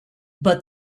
but